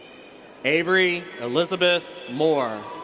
avery elizabeth moore.